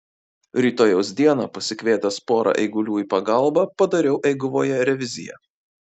rytojaus dieną pasikvietęs pora eigulių į pagalbą padariau eiguvoje reviziją